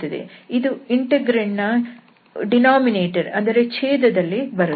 ಇದು ಇಂಟೆಗ್ರಾಂಡ್ ನ ಛೇದ ದಲ್ಲಿ ಬರುತ್ತದೆ